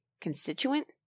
constituent